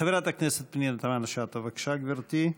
חברת הכנסת פנינה תמנו-שטה, בבקשה, גברתי.